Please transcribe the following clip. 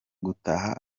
gutaha